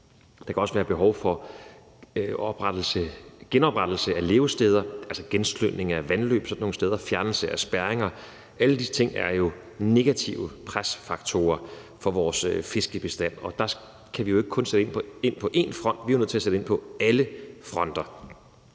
Der kan også være behov for genoprettelse af levesteder, altså genslyngning af vandløb sådan nogle steder, fjernelse af spærringer. Der er jo mange negative presfaktorer for vores fiskebestand, og der kan vi jo ikke kun sætte ind på én front. Vi er nødt til at sætte ind på alle fronter.